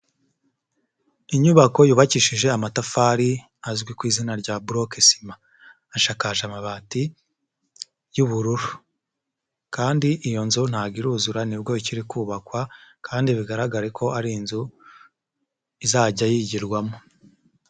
Inyubako yubakishije amatafari azwi ku izina rya boroke sima, ashakakaje amabati y'ubururu kandi iyo nzu ntago iruzura nibwo ikiri kubakwa kandi bigaragare ko ari inzu izajya yigirwamo.